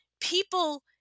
People